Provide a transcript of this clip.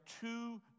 two